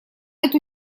эту